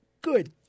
good